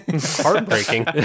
heartbreaking